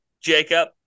Jacob